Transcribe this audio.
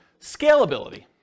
Scalability